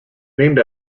named